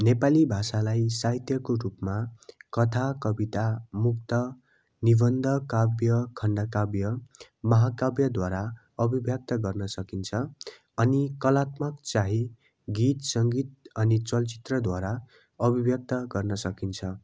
नेपाली भाषालाई साहित्यको रूपमा कथा कविता मुक्तक निबन्ध काव्य खण्डकाव्य महाकाव्यद्वारा अभिव्यक्त गर्न सकिन्छ अनि कलात्मक चाहिँ गीत सङ्गीत अनि चलचित्रद्वारा अभिव्यक्त गर्न सकिन्छ